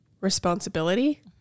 responsibility